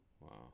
Wow